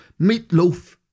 Meatloaf